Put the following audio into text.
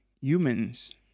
humans